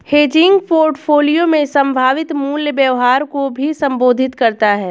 hedging portfolio में संभावित मूल्य व्यवहार को भी संबोधित करता हैं